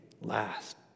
last